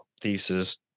thesis